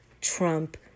Trump